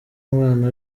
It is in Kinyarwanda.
umwana